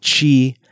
chi